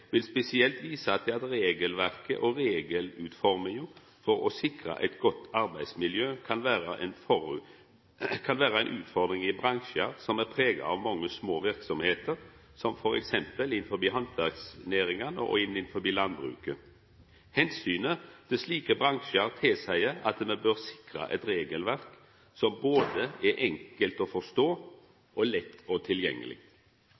vil spesielt visa til at regelverket og regelutforminga for å sikra eit godt arbeidsmiljø kan vera ei utfordring i bransjar som er prega av mange små verksemder, som t.d. innafor handverksnæringa og landbruket. Omsynet til slike bransjar tilseier at me bør sikra eit regelverk som er både enkelt å forstå og lett tilgjengeleg.